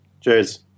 Cheers